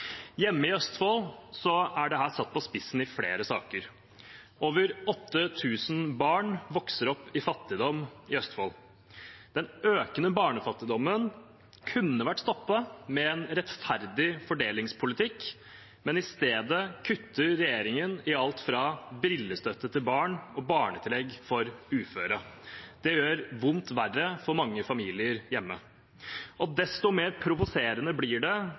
Hjemme i Østfold er dette satt på spissen i flere saker. Over 8 000 barn vokser opp i fattigdom i Østfold. Den økende barnefattigdommen kunne vært stoppet med en rettferdig fordelingspolitikk, men i stedet kutter regjeringen i alt fra brillestøtte til barn til barnetillegg for uføre. Det gjør vondt verre for mange familier hjemme. Desto mer provoserende blir det